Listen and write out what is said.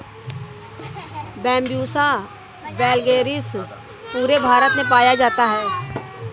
Bambusa vulgaris पूरे भारत में पाया जाता है